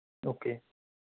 okay